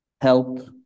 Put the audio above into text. Help